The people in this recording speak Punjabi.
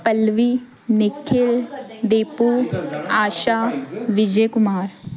ਪਲਵੀ ਨਿਖਿਲ ਦੀਪੂ ਆਸ਼ਾ ਵਿਜੇ ਕੁਮਾਰ